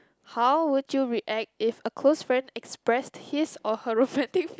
how would you react if a close friend express his or her romantic feel